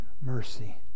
mercy